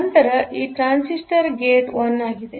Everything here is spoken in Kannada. ನಂತರ ಈ ಟ್ರಾನ್ಸಿಸ್ಟರ್ ಗೇಟ್ 1 ಆಗಿದೆ